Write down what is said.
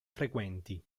frequenti